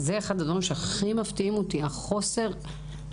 זה אחד הדברים שמפתיעים אותי חוסר הסנכרון.